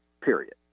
period